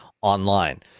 online